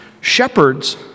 shepherds